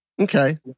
Okay